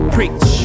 Preach